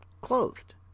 clothed